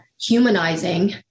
humanizing